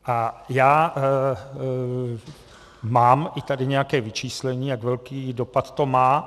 A já mám tady i nějaké vyčíslení, jak velký dopad to má.